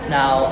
Now